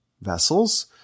vessels